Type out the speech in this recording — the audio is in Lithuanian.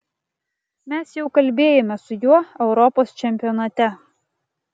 mes jau kalbėjome su juo europos čempionate